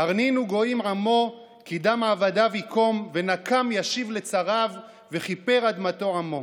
"הרנינו גוים עמו כי דם עבדיו יקום ונקם ישיב לצריו וכיפר אדמתו עמו."